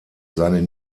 seine